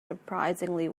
surprisingly